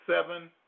seven